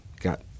Got